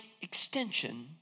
extension